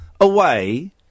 away